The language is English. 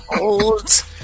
old